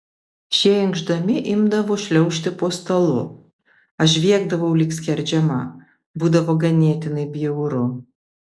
šie inkšdami imdavo šliaužti po stalu aš žviegdavau lyg skerdžiama būdavo ganėtinai bjauru